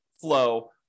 flow